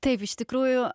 taip iš tikrųjų